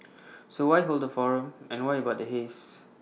so why hold forum and why about the haze